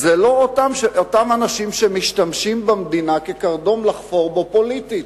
זה לא אותם אנשים שמשתמשים במדינה כקרדום לחפור בו פוליטית,